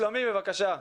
שלומי, בבקשה.